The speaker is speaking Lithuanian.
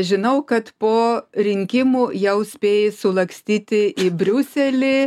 žinau kad po rinkimų jau spėjai sulakstyti į briuselį